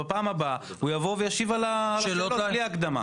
אז בפעם הבאה הוא יבוא וישיב על השאלות בלי הקדמה.